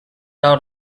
out